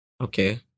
okay